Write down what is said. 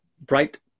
bright